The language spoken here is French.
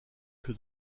que